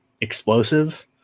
explosive